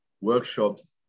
workshops